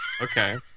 okay